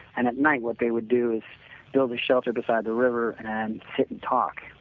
and at night what they would do is built a shelter beside the river and sit and talk,